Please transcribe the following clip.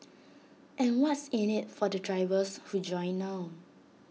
and what's in IT for the drivers who join now